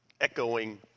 echoing